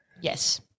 Yes